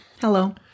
Hello